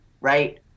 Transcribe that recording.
right